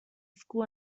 school